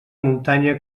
muntanya